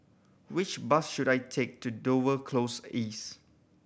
which bus should I take to Dover Close East